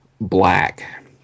black